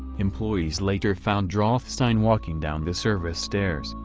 employees later found rothstein walking down the service stairs,